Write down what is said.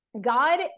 God